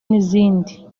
n’izindi